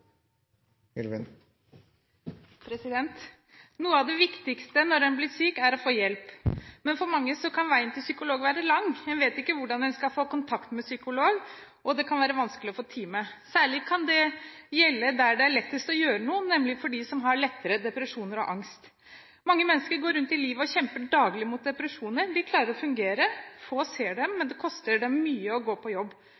Noe av det viktigste når en blir syk, er å få hjelp. Men for mange kan veien til psykolog være lang. En vet ikke hvordan en skal få kontakt med psykolog, og det kan være vanskelig å få time. Særlig kan det gjelde der det er lettest å gjøre noe, nemlig for dem som har lettere depresjoner og angst. Mange mennesker kjemper daglig mot depresjoner. De klarer å fungere, få ser dem,